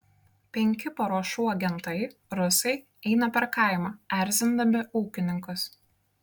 penki paruošų agentai rusai eina per kaimą erzindami ūkininkus